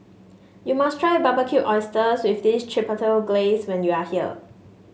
you must try Barbecue Oysters with Chipotle Glaze when you are here